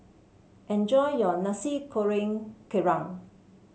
enjoy your Nasi Goreng Kerang